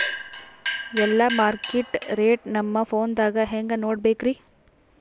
ಎಲ್ಲಾ market rate ನಮ್ ಫೋನದಾಗ ಹೆಂಗ ನೋಡಕೋಬೇಕ್ರಿ?